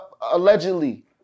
Allegedly